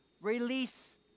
release